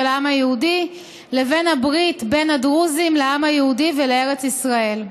העם היהודי לבין הברית בין הדרוזים לעם היהודי ולארץ ישראל.